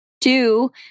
Two